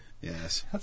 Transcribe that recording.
Yes